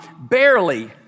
barely